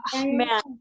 man